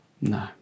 no